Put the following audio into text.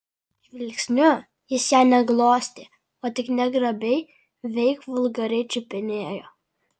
žvilgsniu jis ją ne glostė o tik negrabiai veik vulgariai čiupinėjo